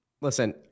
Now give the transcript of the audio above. Listen